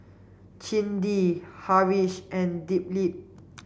Chandi Haresh and Dilip